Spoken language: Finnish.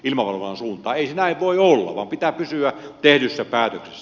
ei se näin voi olla vaan pitää pysyä tehdyssä päätöksessä